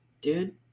dude